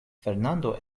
fernando